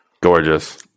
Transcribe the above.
Gorgeous